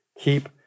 keep